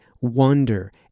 wonder